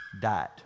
died